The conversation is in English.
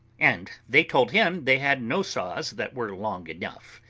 and they told him they had no saws that were long enough,